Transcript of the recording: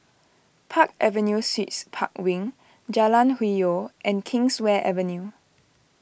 Park Avenue Suites Park Wing Jalan Hwi Yoh and Kingswear Avenue